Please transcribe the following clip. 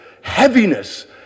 heaviness